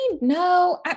no